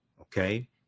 Okay